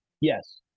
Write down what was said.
yes